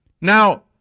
Now